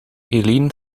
eline